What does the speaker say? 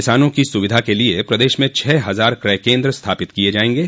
किसानों की सुविधा के लिए प्रदेश में छः हज़ार क्रय केन्द्र स्थापित किये जायेंगे